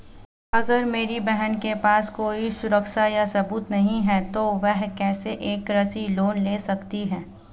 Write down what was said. अगर मेरी बहन के पास कोई सुरक्षा या सबूत नहीं है, तो वह कैसे एक कृषि लोन ले सकती है?